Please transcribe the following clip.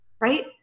Right